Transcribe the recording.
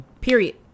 Period